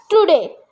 today